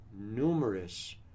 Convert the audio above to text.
numerous